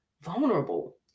vulnerable